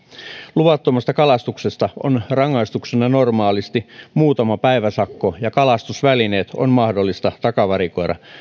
luvattomasta kalastuksesta on rangaistuksena normaalisti muutama päiväsakko ja kalastusvälineet on mahdollista takavarikoida